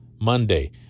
Monday